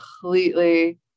completely